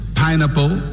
pineapple